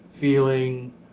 feeling